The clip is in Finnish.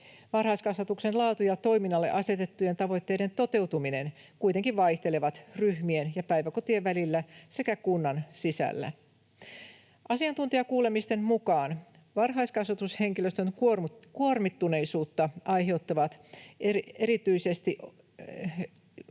Varhaiskasvatuksen laatu ja toiminnalle asetettujen tavoitteiden toteutuminen kuitenkin vaihtelevat ryhmien ja päiväkotien välillä sekä kunnan sisällä. Asiantuntijakuulemisten mukaan varhaiskasvatushenkilöstön kuormittuneisuutta aiheuttavat erityisesti